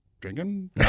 drinking